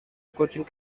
coaching